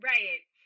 Right